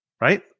right